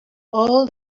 all